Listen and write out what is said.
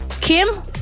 Kim